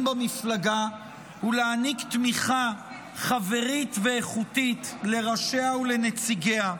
במפלגה ולהעניק תמיכה חברית ואיכותית לראשיה ולנציגיה.